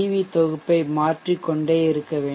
we தொகுப்பை மாற்றிக் கொண்டே இருக்க வேண்டும்